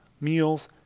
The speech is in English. meals